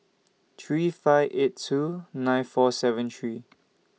three five eight two nine four seven three